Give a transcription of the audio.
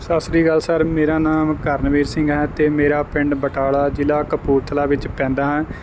ਸਤਿ ਸ਼੍ਰੀ ਅਕਾਲ ਸਰ ਮੇਰਾ ਨਾਮ ਕਰਨਵੀਰ ਸਿੰਘ ਹੈ ਅਤੇ ਮੇਰਾ ਪਿੰਡ ਬਟਾਲਾ ਜ਼ਿਲ੍ਹਾ ਕਪੂਰਥਲਾ ਵਿੱਚ ਪੈਂਦਾ ਹੈ